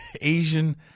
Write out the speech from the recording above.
Asian